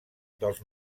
dels